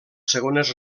segones